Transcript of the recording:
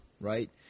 right